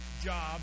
job